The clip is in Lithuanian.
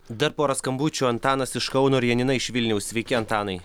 dar pora skambučių antanas iš kauno ir janina iš vilniaus sveiki antanai